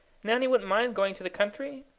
nanny wouldn't mind going to the country?